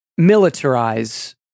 militarize